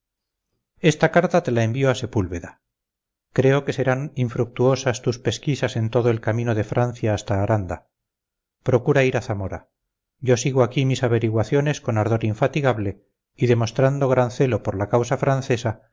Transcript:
esta carta te la envío a sepúlveda creo que serán infructuosas tus pesquisas en todo el camino de francia hasta aranda procura ir a zamora yo sigo aquí mis averiguaciones con ardor infatigable y demostrando gran celo por la causa francesa